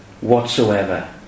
whatsoever